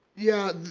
yeah,